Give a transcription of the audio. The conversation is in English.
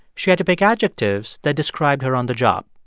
she had to pick adjectives that described her on the job.